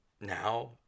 now